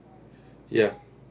ya